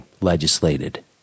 legislated